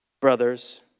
brothers